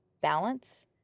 balance